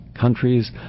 countries